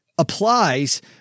Applies